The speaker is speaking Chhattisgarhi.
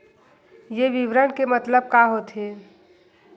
ये विवरण के मतलब का होथे?